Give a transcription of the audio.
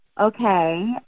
okay